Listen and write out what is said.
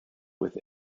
with